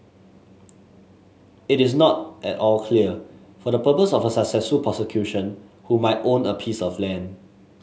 it is not at all clear for the purpose of a successful prosecution who might own a piece of land